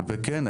וכן,